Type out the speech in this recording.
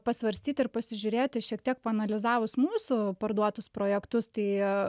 pasvarstyt ir pasižiūrėti šiek tiek paanalizavus mūsų parduotus projektus tai